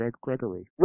Gregory